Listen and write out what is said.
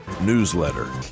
Newsletter